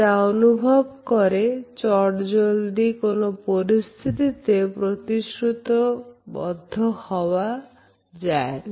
যা অনুভব করে চটজলদি কোন পরিস্থিতিতে প্রতিশ্রুতিবদ্ধ হওয়া যায় না